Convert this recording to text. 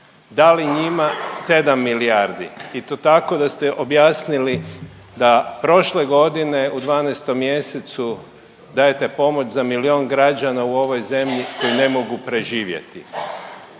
dali njima 7 milijardi i to tako da ste objasnili da prošle godine u 12. mjesecu dajete pomoć za milion građana u ovoj zemlji koji ne mogu preživjeti.